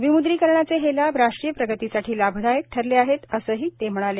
विमुद्रीकरणाचे हे लाभ राष्ट्रीय प्रगतीसाठी लाभदायक ठरले आहेत असेही पंतप्रधान म्हणाले